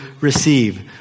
receive